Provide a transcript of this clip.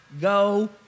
Go